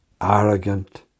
arrogant